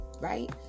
Right